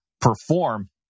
perform